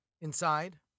Inside